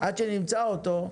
עד שנמצא אותו,